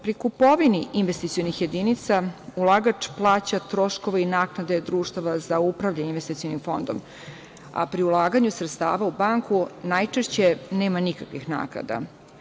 Pri kupovini investicionih jedinica, ulagač plaća troškove i naknade društava za upravljanje investicionim fondom, a pri ulaganju sredstava u banku najčešće nema nikakvih naknada.